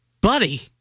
Buddy